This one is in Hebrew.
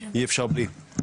אי אפשר בלי,